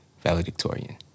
Valedictorian